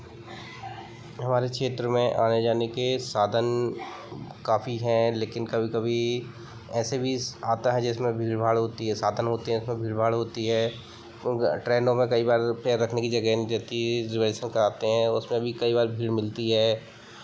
हमारे क्षेत्र में आने जाने के साधन काफी हैं लेकिन कभी कभी ऐसे भी आता है जिसमे भीड़ भाड़ होती है साधन होती है उसमे भीड़ भाड़ होती है ट्रेनों में कई बार पैर रखने की जगह नहीं रहती रिजर्वेशन कराते हैं उसमें भी कई बार भीड़ मिलती है